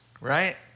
right